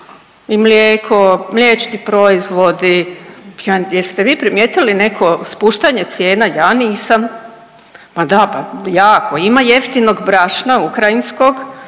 i mlijeko, mliječni proizvodi, ja, jeste vi primijetili neko spuštanje cijena? Ja nisam. Ma da, pa jako, ima jeftinog brašna ukrajinskog,